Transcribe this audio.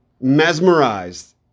mesmerized